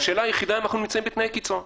והשאלה היחידה היא אם אנחנו נמצאים בתנאי קיצון.